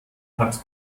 hat